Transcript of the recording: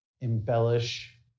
embellish